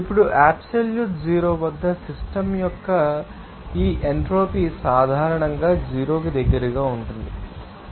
ఇప్పుడు absolute zero వద్ద system యొక్క ఈ ఎంట్రోపీ సాధారణంగా జీరో కి దగ్గరగా ఉంటుంది